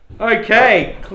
Okay